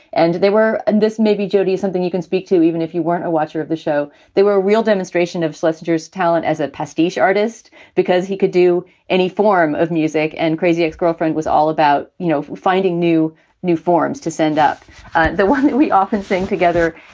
and they were. and this maybe jodi is something you can speak to even if you weren't a watcher of the show. they were real demonstration of schlessinger's talent as a pastiche artist because he could do any form of music. and crazy ex-girlfriend was all about, you know, finding new new forms to send up the ones that we often sing together